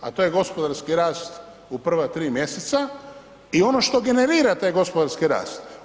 A to je gospodarski rast u prva 3 mjeseca i ono što generira taj gospodarski rast.